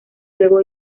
luego